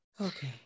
Okay